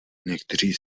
někteří